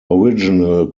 original